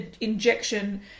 injection